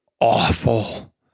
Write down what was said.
awful